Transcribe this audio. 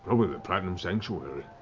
probably the platinum sanctuary.